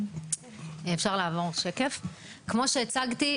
כמו שהצגתי,